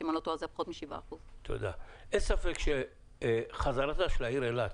שאם אני לא טועה היה 7%. אין ספק שחזרתה של העיר אילת